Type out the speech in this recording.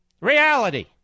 Reality